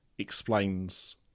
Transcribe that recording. Explains